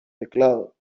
teclado